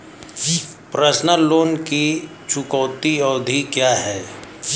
Personal loan की चुकौती अवधि क्या है?